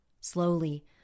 Slowly